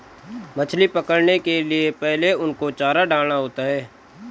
मछली पकड़ने के लिए पहले उनको चारा डालना होता है